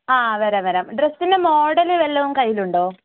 ആ വരാം വരാം ഡ്രെസ്സിൻ്റെ മോഡൽ വല്ലതും കയ്യിലുണ്ടോ